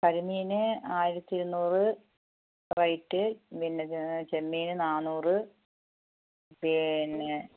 പുഴമീന് ആയിരത്തി ഇരുന്നൂറ് റൈറ്റ് പിന്നെ ചെമ്മീന് നാന്നൂറ് പിന്നെ